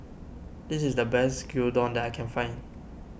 this is the best Gyudon that I can find